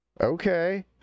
Okay